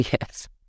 Yes